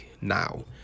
now